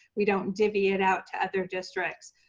we don't divvy it out to other districts.